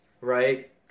right